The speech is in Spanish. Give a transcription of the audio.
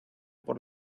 por